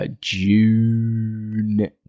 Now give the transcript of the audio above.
June